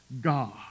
God